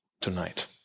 tonight